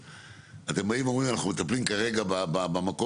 אתם באים ואומרים אנחנו מטפלים כרגע במקום